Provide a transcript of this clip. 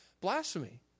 Blasphemy